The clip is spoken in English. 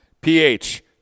PH